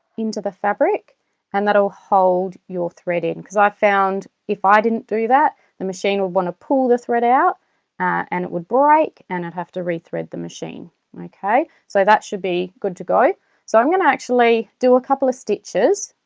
into the fabric and that'll hold your thread in and because i found if i didn't do that the machine will want to pull the thread out and it would break and i'd have to rethread the machine like okay so that should be good to go so i'm gonna actually do a couple of stitches